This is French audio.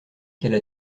qu’elle